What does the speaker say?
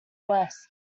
west